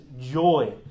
joy